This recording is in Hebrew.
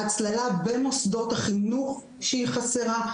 ההצללה במוסדות החינוך שהיא חסרה,